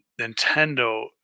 Nintendo